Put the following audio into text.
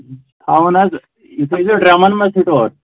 تھاوُن حظ یہِ تھٲیزیو ڈرٛمَن منٛز سِٹور